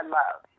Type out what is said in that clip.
love